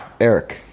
eric